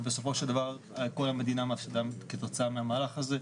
ובסופו של דבר כל המדינה מפסידה כתוצאה מהמלך הזה,